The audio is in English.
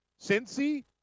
Cincy